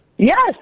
Yes